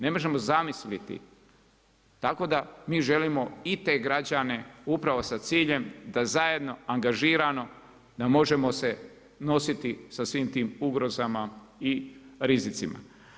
Ne možemo zamisliti, tako da mi želimo i te građane upravo sa ciljem da zajedno, angažirano, da možemo se nositi sa svim tim ugrozama i rizicima.